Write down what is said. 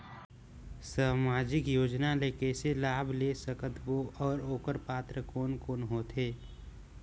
समाजिक योजना ले कइसे लाभ ले सकत बो और ओकर पात्र कोन कोन हो थे?